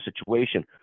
situation